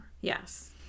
yes